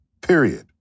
period